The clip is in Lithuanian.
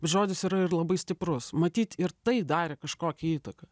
žodis yra ir labai stiprus matyt ir tai darė kažkokią įtaką